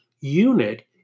unit